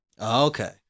okay